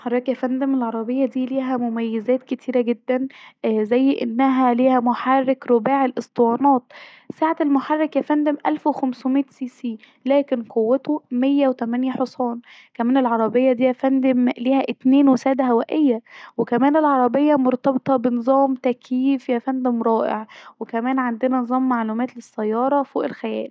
حضرتك يا فندم العربيه دي ليها مميزات كتيره جدا زي انها ليها محرك رباعي الاسطوانات سعه المحرك يا فندم الف وخمسه سي سي لاكن سرته ميه وتمانيه حصان كمان العربيه دي يا فندم ليها اتنين وساده هوائيه كمان العربيه دي مرتبطه بنظام تكيف يا فندم رائع وكمان عندنا نظام تحكم فوق الخيال